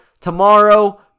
Tomorrow